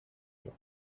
you